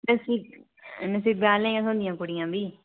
नसीबें आह्लें गी गै थ्होंदियां कुड़ियां बी